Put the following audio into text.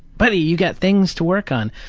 buddy, you got things to work on.